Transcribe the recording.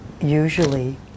usually